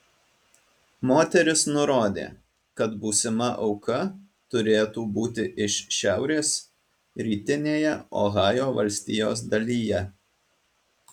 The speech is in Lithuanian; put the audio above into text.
moteris nurodė kad būsima auka turėtų būti iš šiaurės rytinėje ohajo valstijos dalyje